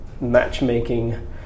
matchmaking